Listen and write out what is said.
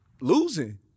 losing